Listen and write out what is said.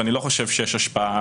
ואני לא חושב שיש השפעה,